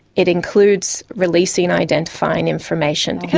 it includes releasing identifying information,